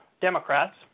Democrats